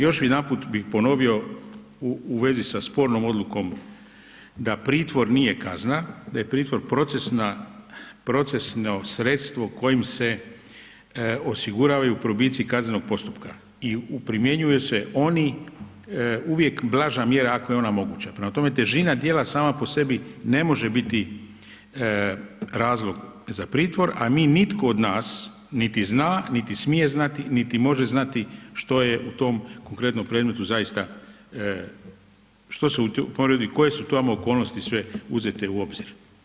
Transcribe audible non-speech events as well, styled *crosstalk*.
Još jedanput bih ponovio u vezi sa spornom odlukom da pritvor nije kazna, da je pritvor procesno sredstvo kojim se osiguravaju probici kaznenog postupka i primjenjuju se oni uvijek blaža mjera ako je ona moguća, prema tome, težina djela sama po sebi ne može biti razlog za pritvor a mi nitko od nas nit zna niti smije znati niti može znati što je u tom konkretnom predmetu zaista, ... *unintelligible* okolnosti sve uzete u obzir.